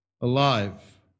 alive